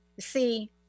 See